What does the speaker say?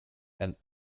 and